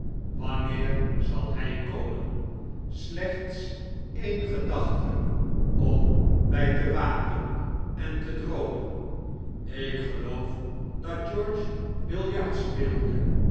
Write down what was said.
wanneer zal hij komen slechts een gedachte om bij te waken en te droomen ik geloof dat george biljart speelde